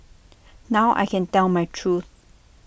now I can tell my truth